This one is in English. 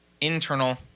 internal